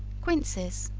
quinces.